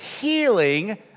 healing